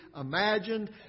imagined